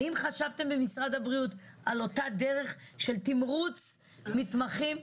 האם חשבתם במשרד הבריאות על אותה דרך של תמרוץ מתמחים?